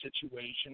situation